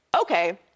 okay